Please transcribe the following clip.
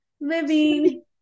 living